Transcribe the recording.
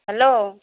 hello